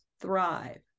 thrive